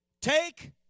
take